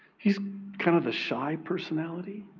he has kind of the shy personality,